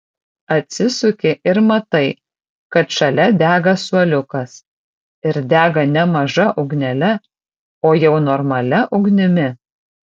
atsisuki ir matai kad šalia dega suoliukas ir dega ne maža ugnele o jau normalia ugnimi